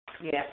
Yes